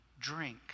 drink